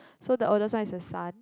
so the oldest one is the son